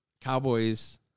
Cowboys